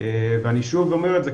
ואני שוב אומר את זה,